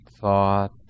thought